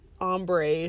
ombre